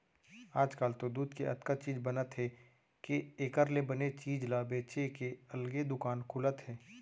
आजकाल तो दूद के अतका चीज बनत हे के एकर ले बने चीज ल बेचे के अलगे दुकान खुलत हे